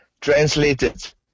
translated